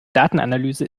datenanalyse